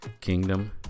kingdom